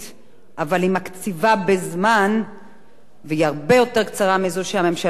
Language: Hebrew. אבל היא קצובה בזמן והיא הרבה יותר קצרה מזו שהממשלה ביקשה,